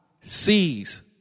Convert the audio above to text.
sees